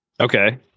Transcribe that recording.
Okay